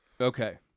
Okay